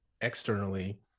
externally